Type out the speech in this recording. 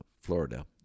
Florida